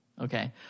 Okay